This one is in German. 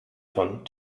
von